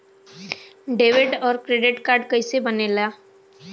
Debit और credit card कईसे बने ने ला?